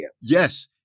Yes